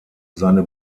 seine